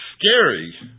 scary